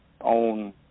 own